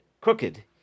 crooked